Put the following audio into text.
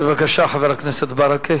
בבקשה, חבר הכנסת ברכה.